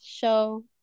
show